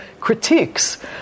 critiques